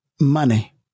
Money